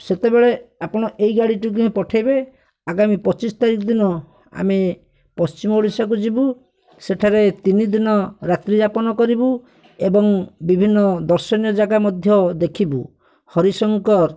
ସେତେବେଳେ ଆପଣ ଏଇ ଗାଡ଼ିଟିକୁ ହିଁ ପଠେଇବେ ଆଗାମୀ ପଚିଶ ତାରିଖ ଦିନ ଆମେ ପଶ୍ଚିମ ଓଡ଼ିଶାକୁ ଯିବୁ ସେଠାରେ ତିନି ଦିନ ରାତ୍ରି ଯାପନ କରିବୁ ଏବଂ ବିଭିନ୍ନ ଦର୍ଶନୀୟ ଜାଗା ମଧ୍ୟ ଦେଖିବୁ ହରିଶଙ୍କର